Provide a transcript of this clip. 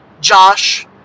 Josh